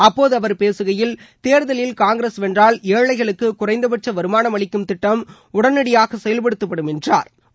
அப்போது அவர் பேசுகையில் தேர்தலில் காங்கிரஸ் வென்றால் ஏழைகளுக்கு குறைந்தபட்ச வருமானம் அளிக்கும் திட்டம் உடனடியாக செயல்படுத்தப்படும் என்றாா்